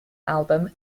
album